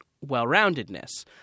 well-roundedness